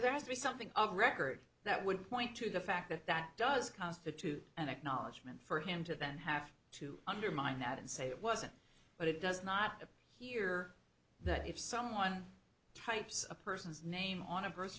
there has to be something of record that would point to the fact that that does constitute an acknowledgment for him to then have to undermine that and say it wasn't but it does not appear that if someone types a person's name on a birth